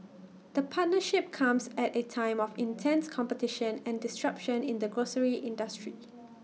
the partnership comes at A time of intense competition and disruption in the grocery industry